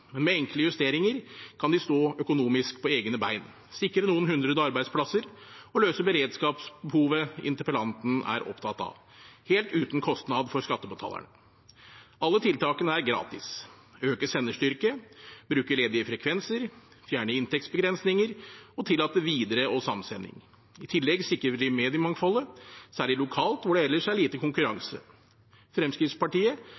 men med enkle justeringer kan de stå økonomisk på egne ben, sikre noen hundre arbeidsplasser og løse beredskapsbehovet interpellanten er opptatt av, helt uten kostnader for skattebetalerne. Alle tiltakene er gratis: øke senderstyrke, bruke ledige frekvenser, fjerne inntektsbegrensninger og tillate videre- og samsending. I tillegg sikrer vi mediemangfoldet, særlig lokalt hvor det ellers er lite